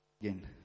again